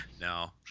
no